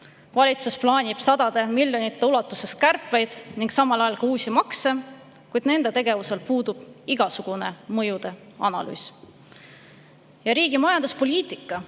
Valitsus plaanib sadade miljonite ulatuses kärpeid ning samal ajal ka uusi makse. Kuid nende tegevusel puudub igasugune mõjude analüüs. Riigi majanduspoliitika,